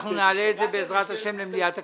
אנחנו נעלה את זה בעזרת השם למליאת הכנסת.